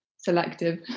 selective